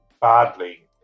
badly